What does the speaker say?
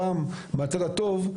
הפעם מהצד הטוב,